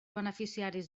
beneficiaris